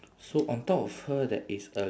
so on top of her there is a